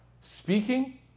Speaking